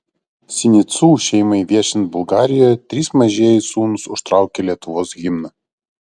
sinicų šeimai viešint bulgarijoje trys mažieji sūnūs užtraukė lietuvos himną